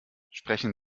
sprechen